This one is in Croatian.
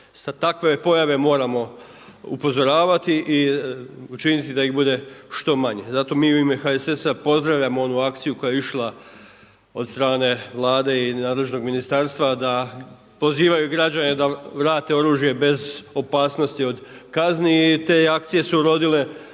takve pojave moramo upozoravati i učiniti da ih bude što manje. Zato mi u ime HSS-a pozdravljamo onu akciju koja je išla od strane Vlade i nadležnog ministarstva da pozivaju građane da vrate oružje bez opasnosti od kazni i te akcije su urodile